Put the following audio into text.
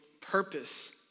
purpose